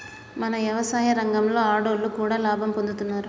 మన యవసాయ రంగంలో ఆడోళ్లు కూడా లాభం పొందుతున్నారు